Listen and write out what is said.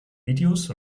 videos